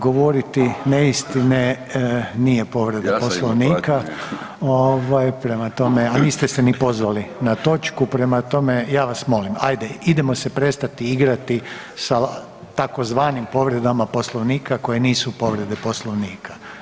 Govoriti neistine nije povreda Poslovnika ovaj, prema tome, a niste se ni pozvali na točku, prema tome ja vas molim, ajde idemo se prestati igrati sa tzv. povredama Poslovnika koje nisu povrede Poslovnika.